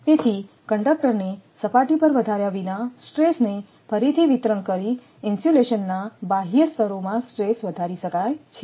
તેથી કંડક્ટરને સપાટી પર વધાર્યા વિના સ્ટ્રેસને ફરીથી વિતરણ કરી ઇન્સ્યુલેશનના બાહ્ય સ્તરોમાં સ્ટ્રેસ વધારી શકાય છે